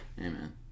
Amen